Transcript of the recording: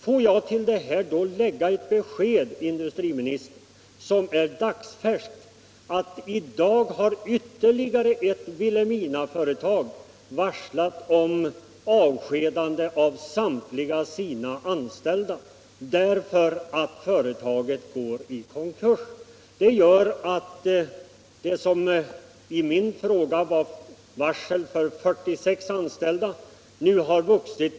Får jag till detta lägga ett besked, herr industriminister, som är dagsfärskt. I dag har ytterligare ett Vilhelminaföretag varslat om avskedande av samtliga sina anställda därför att företaget går i konkurs. Det gör att siffran i min fråga — om varsel för 46 anställda — nu har vuxit.